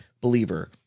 believer